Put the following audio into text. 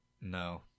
no